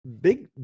big